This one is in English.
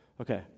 Okay